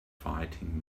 fighting